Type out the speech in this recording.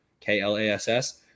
K-L-A-S-S